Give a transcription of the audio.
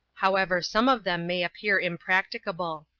however some of them may appear impracticable.